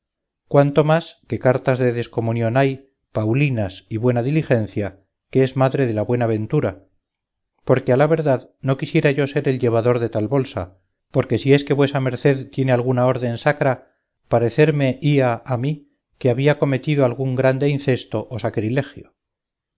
cuanto más que cartas de descomunión hay paulinas y buena diligencia que es madre de la buena ventura aunque a la verdad no quisiera yo ser el llevador de tal bolsa porque si es que vuesa merced tiene alguna orden sacra parecerme hía a mí que había cometido algún grande incesto o sacrilegio